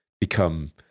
become